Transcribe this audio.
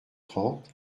trente